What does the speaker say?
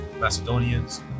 Macedonians